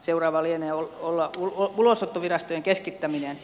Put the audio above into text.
seuraava lienee ulosottovirastojen keskittäminen